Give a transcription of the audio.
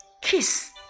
Kiss